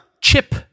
chip